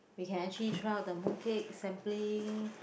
we can actually try out the mooncake sampling